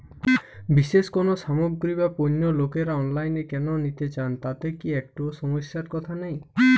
বিশেষ কোনো সামগ্রী বা পণ্য লোকেরা অনলাইনে কেন নিতে চান তাতে কি একটুও সমস্যার কথা নেই?